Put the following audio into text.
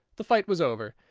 the fight was over,